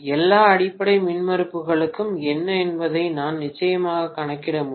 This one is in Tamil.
எல்லா அடிப்படை மின்மறுப்புகளும் என்ன என்பதை நான் நிச்சயமாக கணக்கிட முடியும்